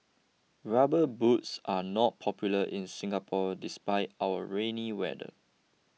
rubber boots are not popular in Singapore despite our rainy weather